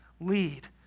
lead